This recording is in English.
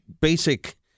Basic